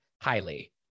highly